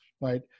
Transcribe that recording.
right